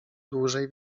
dłużej